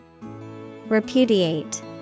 Repudiate